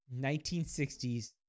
1960s